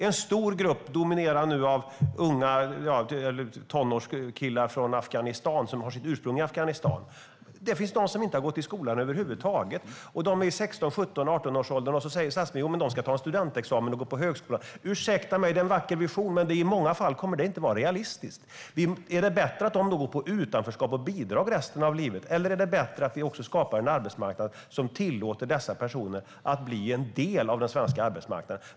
En stor grupp är tonårskillar med ursprung i Afghanistan. Där finns de som inte har gått i skolan över huvud taget. De är i 16-, 17 eller 18-årsåldern. Statsministern säger att de ska ta studentexamen och gå på högskola. Ursäkta mig, det är en vacker vision, men i många fall kommer det inte att vara realistiskt. Är det då bättre att de lever i utanförskap och går på bidrag hela livet, eller ska vi skapa en arbetsmarknad som tillåter dem att bli en del av den svenska arbetsmarknaden?